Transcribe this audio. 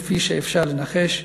כפי שאפשר לנחש,